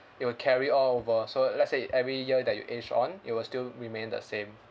it will carry all over so let's say every year that you age on it will still remain the same